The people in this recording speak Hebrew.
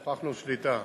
הוכחנו שליטה.